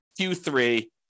Q3